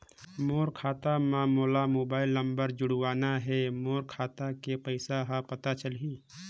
मोर खाता मां मोला मोबाइल नंबर जोड़वाना हे मोर खाता के पइसा ह पता चलाही?